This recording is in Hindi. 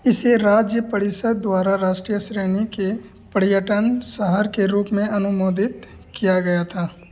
इसे राज्य परिषद द्वारा राष्ट्रीय श्रेणी के पर्यटन शहर के रूप में अनुमोदित किया गया था